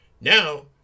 Now